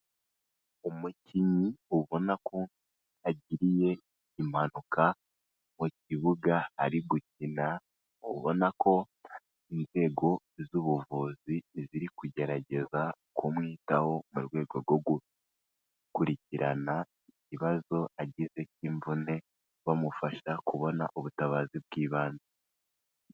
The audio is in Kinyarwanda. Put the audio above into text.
Umukinnyi ubona ko agiriye impanuka mu kibuga ari gukina, ubona ko inzego z'ubuvuzi ziri kugerageza kumwitaho, mu rwego rwo gukurikirana ikibazo agize k'imvune bamufasha kubona ubutabazi bw'ibanze.